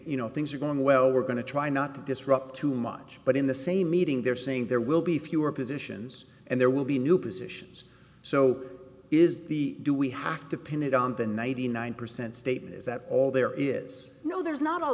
you know things are going well we're going to try not to disrupt too much but in the same meeting they're saying there will be fewer positions and there will be new positions so is the do we have to pin it on the ninety nine percent statement is that all there is no there is not all